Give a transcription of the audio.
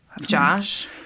Josh